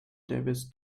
davis